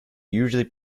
usually